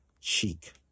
cheek